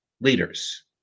leaders